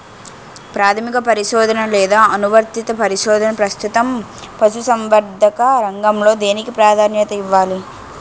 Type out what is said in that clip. ప్రాథమిక పరిశోధన లేదా అనువర్తిత పరిశోధన? ప్రస్తుతం పశుసంవర్ధక రంగంలో దేనికి ప్రాధాన్యత ఇవ్వాలి?